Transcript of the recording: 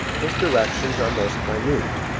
his directions are most minute.